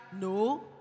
No